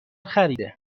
خریده